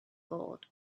gold